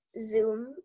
Zoom